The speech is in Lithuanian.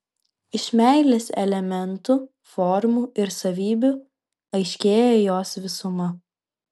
iš meilės elementų formų ir savybių aiškėja jos visuma